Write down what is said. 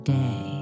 day